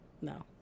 No